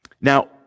Now